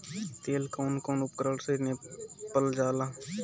तेल कउन कउन उपकरण से नापल जाला?